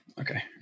Okay